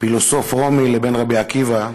פילוסוף רומי, לבין רבי עקיבא.